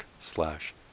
slash